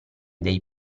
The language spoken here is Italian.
dai